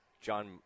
John